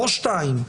לא שתיים,